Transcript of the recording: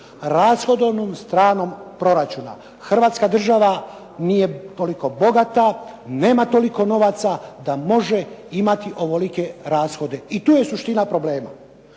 rashodovnom stranom proračuna, Hrvatska država nije toliko bogata nema toliko novaca da može imati ovolike rashode i tu je suština problema.